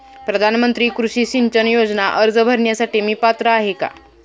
प्रधानमंत्री कृषी सिंचन योजना अर्ज भरण्यासाठी मी पात्र आहे का?